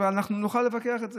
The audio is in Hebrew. נוכל לפקח על זה.